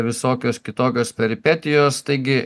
visokios kitokios peripetijos taigi